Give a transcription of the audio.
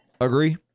Agree